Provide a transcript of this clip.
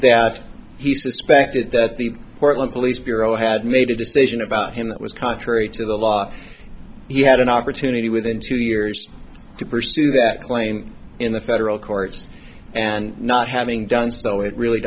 that he suspected that the portland police bureau had made a decision about him that was contrary to the law he had an opportunity within two years to pursue that claim in the federal courts and not having done so it really